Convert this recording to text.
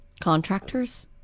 Contractors